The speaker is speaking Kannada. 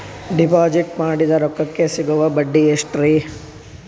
ಡಿಪಾಜಿಟ್ ಮಾಡಿದ ರೊಕ್ಕಕೆ ಸಿಗುವ ಬಡ್ಡಿ ಎಷ್ಟ್ರೀ?